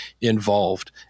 involved